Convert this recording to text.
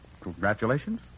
congratulations